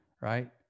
right